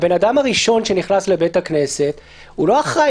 האדם הראשון שנכנס לבית הכנסת לא אחראי